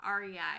REI